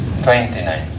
Twenty-nine